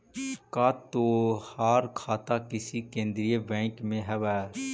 का तोहार खाता किसी केन्द्रीय बैंक में हव